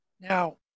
Now